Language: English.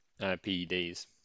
PEDs